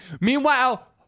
Meanwhile